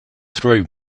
throw